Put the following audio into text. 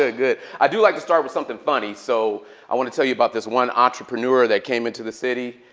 ah good. i do like to start with something funny. so i want to tell you about this one entrepreneur that came into the city.